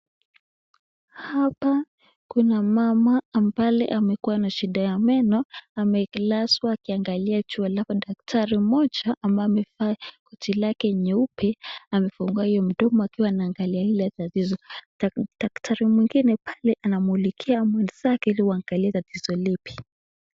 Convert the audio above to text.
Hapa kuna mama ambale amekuwa na shida ya meno, amelazwa kiangalia juu halafu daktaru moja ambaye amevaa koti lake nyeupe amefungua huyu mdomo akiwa anaangalia ile tatizo. Daktaru mwengine anamulikia mwenzake ili waangalie tatizo lipi.